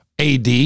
AD